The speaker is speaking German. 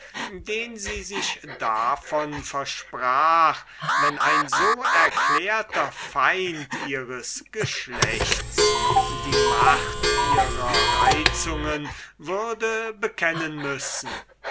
den sie sich davon versprach wenn ein so erklärter feind ihres geschlechts die macht ihrer reizungen würde bekennen müssen